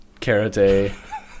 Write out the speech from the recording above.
Karate